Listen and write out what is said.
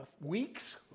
weeks